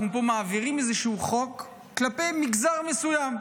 מעבירים פה איזשהו חוק כלפי מגזר מסוים,